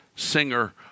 Singer